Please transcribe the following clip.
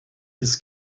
his